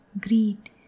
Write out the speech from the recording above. greed